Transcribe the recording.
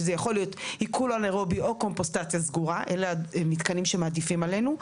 אם זה עיכול אנאירובי או קומפוסטציה סגורה שאלה המתקנים שעדיפים עלינו,